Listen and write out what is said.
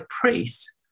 priests